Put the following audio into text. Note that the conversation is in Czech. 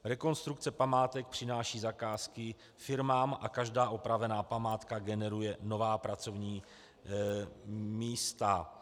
Rekonstrukce památek přináší zakázky firmám a každá opravená památka generuje nová pracovní místa.